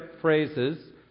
phrases